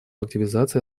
активизации